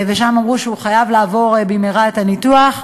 ושם אמרו שהוא חייב לעבור במהרה את הניתוח,